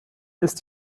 ist